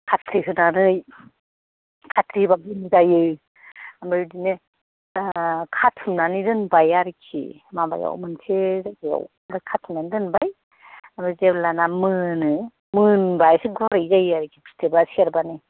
खाथ्रि होनानै खाथ्रि होबा गोमो जायो ओमफ्राय बिदिनो खाथुमनानै दोनबाय आरोखि माबायाव मोनसे जायगायाव ओमफ्राय खाथुमनानै दोनबाय ओमफ्राय जेब्लाना मोनो मोनबा एसे गुरै जायो आरोखि फिथोबा सेरबानो